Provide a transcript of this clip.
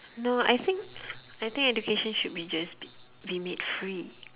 no I think I think education should be just b~ be made free